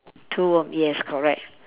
two worm yes correct